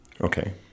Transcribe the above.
Okay